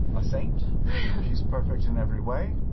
a saint she's perfect in every way.